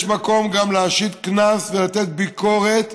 יש מקום להשית קנס, לתת ביקורת,